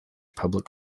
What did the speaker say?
public